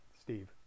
Steve